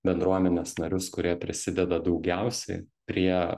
bendruomenės narius kurie prisideda daugiausiai prie